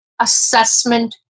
assessment